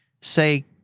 say